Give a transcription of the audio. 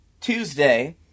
Tuesday